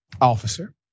officer